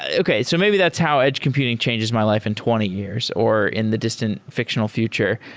okay. so maybe that's how edge computing changes my life in twenty years or in the distant fi ctional future.